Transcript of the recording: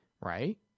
right